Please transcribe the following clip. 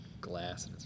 glass